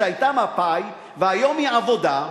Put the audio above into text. שהיתה מפא"י והיום היא עבודה,